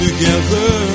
Together